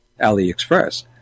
aliexpress